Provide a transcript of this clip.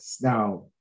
now